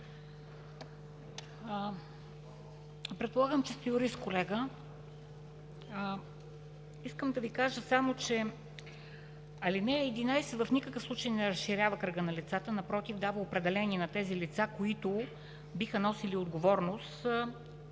Предполагам, че сте юрист, колега? Искам да Ви кажа само, че ал. 11 в никакъв случай не разширява кръга на лицата, напротив, дава определения на тези лица, които биха носили отговорност.